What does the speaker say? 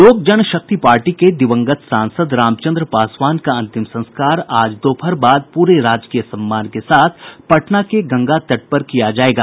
लोक जनशक्ति पार्टी के दिवंगत सासंद रामचंद्र पासवान का अंतिम संस्कार आज दोपहर बाद पूरे राजकीय सम्मान के साथ पटना में गंगातट पर किया जाएगा